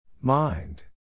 Mind